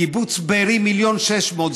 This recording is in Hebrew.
קיבוץ בארי, מיליון ו-600,000.